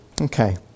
Okay